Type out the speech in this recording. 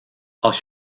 als